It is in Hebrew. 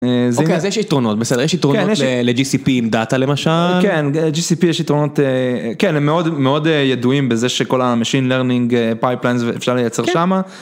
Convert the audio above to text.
אוקיי, אז יש יתרונות, בסדר, יש יתרונות ל-GCP עם דאטה למשל? -כן, ל-GCP יש יתרונות, כן, הם מאוד מאוד ידועים בזה שכל ה-machine learning pipelines אפשר לייצר שמה.